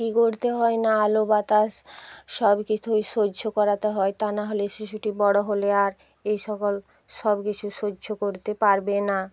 কি করতে হয় না আলো বাতাস সব কিছুই সহ্য করাতে হয় তা নাহলে শিশুটি বড়ো হলে আর এই সকল সব কিছু সহ্য করতে পারবে না